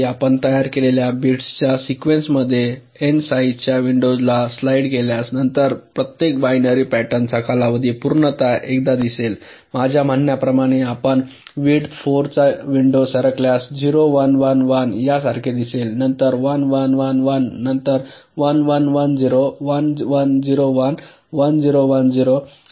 जसे की आपण तयार केलेल्या बिट्सच्या सिकवेन्स मध्ये एन साईज च्या विंडोला स्लाइड केल्यास नंतर प्रत्येक बायनरी पॅटर्न चा कालावधी पूर्णतः एकदा दिसेल माझ्या म्हणण्याप्रमाणेच आपण विड्थ 4 ची विंडो सरकल्यास 0 1 1 1 या सारखे दिसेल नंतर 1 1 1 1 नंतर 1 1 1 0 1 1 0 1 1 0 1 0